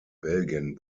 belgien